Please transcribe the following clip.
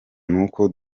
nuko